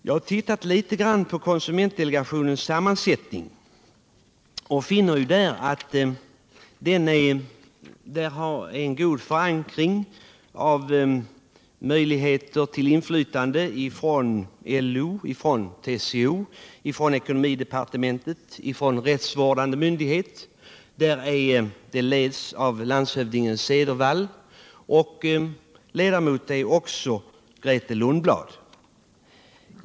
Jag har tittat litet på konsumentdelegationens sammansättning, och jag har funnit att det finns en god förankring av möjligheter till inflytande från LO, TCO, ekonomidepartementet och rättsvårdande myndighet. Delegationen leds av landshövding Cederwall och ledamot är också Grethe Lundblad.